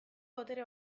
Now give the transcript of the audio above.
botere